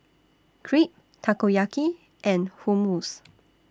Crepe Takoyaki and Hummus